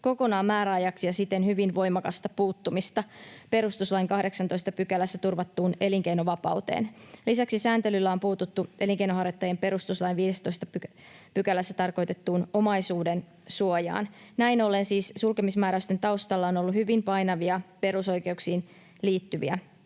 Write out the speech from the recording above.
kokonaan määräajaksi ja siten hyvin voimakasta puuttumista perustuslain 18 §:ssä turvattuun elinkeinovapauteen. Lisäksi sääntelyllä on puututtu elinkeinonharjoittajien perustuslain 15 §:ssä tarkoitettuun omaisuuden suojaan. Näin ollen siis sulkemismääräysten taustalla on ollut hyvin painavia perusoikeuksiin liittyviä